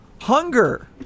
hunger